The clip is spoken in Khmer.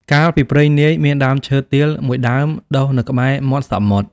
កាលពីព្រេងនាយ មានដើមឈើទាល មួយដើមដុះនៅក្បែរមាត់សមុទ្រ។